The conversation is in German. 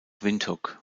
windhoek